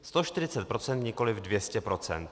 140 %, nikoli 200 %.